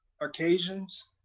occasions